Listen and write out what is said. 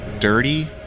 Dirty